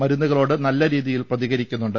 മരുന്നുകളോട് നല്ല രീതിയിൽ പ്രതികരിക്കുന്നുണ്ട്